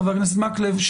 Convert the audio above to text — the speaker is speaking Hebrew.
חבר הכנסת מקלב,